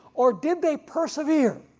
or did they persevere?